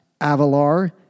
Avalar